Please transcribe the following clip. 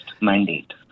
mandate